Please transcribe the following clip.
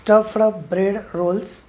stuffed bread rolls